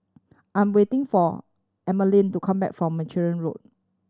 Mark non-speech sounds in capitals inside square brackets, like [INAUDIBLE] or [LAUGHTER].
I am waiting for [UNINTELLIGIBLE] to come back from Carmichael Road